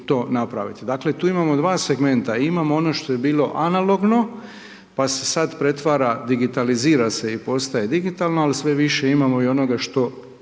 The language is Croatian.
Dakle tu imamo 2 segmenta, imamo ono što je bilo analogno, pa se sada pretvara, digitalizira se i postaje digitalno, ali sve više imamo i onog što,